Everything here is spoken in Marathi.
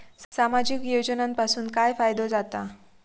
सामाजिक योजनांपासून काय फायदो जाता?